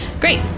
Great